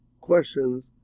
questions